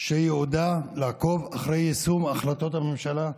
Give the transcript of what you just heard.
שייעודה לעקוב אחרי יישום החלטות הממשלה,